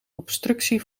obstructie